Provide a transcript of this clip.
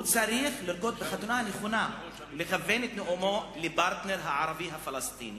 הוא צריך לרקוד בחתונה הנכונה ולכוון את נאומו לפרטנר הערבי-הפלסטיני